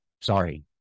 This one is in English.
Sorry